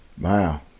Wow